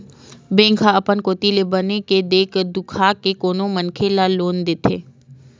bank ह अपन कोती ले बने के देख दुखा के कोनो मनखे ल लोन देथे